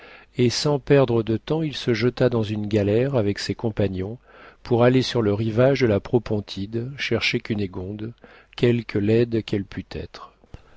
et sans perdre de temps il se jeta dans une galère avec ses compagnons pour aller sur le rivage de la propontide chercher cunégonde quelque laide qu'elle pût être